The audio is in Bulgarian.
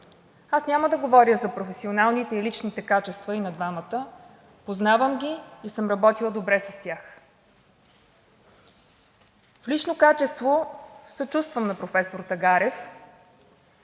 Аз няма да говоря за професионалните и личните качества и на двамата. Познавам ги и съм работила добре с тях. В лично качество съчувствам на професор Тагарев,